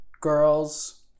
girls